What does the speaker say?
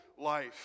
life